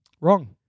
Wrong